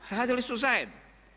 Radili su zajedno.